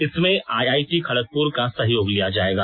इसमें आईआईटी खड़गपुर का सहयोग लिया जाएगा